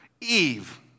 Eve